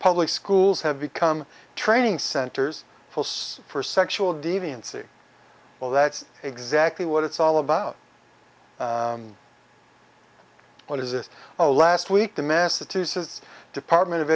public schools have become training centers force for sexual deviancy well that's exactly what it's all about what is it a last week the massachusetts department of